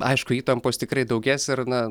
aišku įtampos tikrai daugės ir na